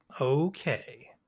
okay